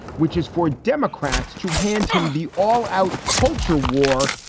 which is for democrats to hand him the all out culture war.